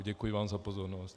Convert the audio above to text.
Děkuji vám za pozornost.